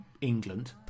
England